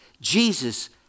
Jesus